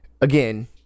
again